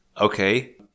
Okay